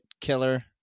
Killer